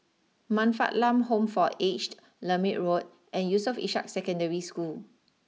Man Fatt Lam Home for Aged Lermit Road and Yusof Ishak Secondary School